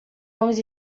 homens